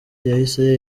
yahise